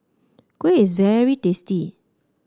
kuih is very tasty